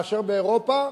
מאשר באירופה,